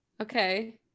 Okay